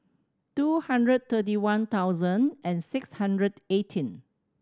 two hundred thirty one thousand and six hundred eighteen